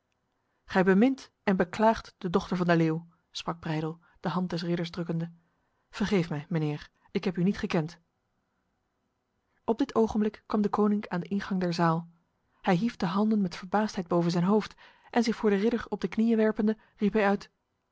gij bemint en beklaagt de dochter van de leeuw sprak breydel de hand des ridders drukkende vergeef mij mijnheer ik heb u niet gekend op dit ogenblik kwam deconinck aan de ingang der zaal hij hief de handen met verbaasdheid boven zijn hoofd en zich voor de ridder op de knieën werpende riep hij uit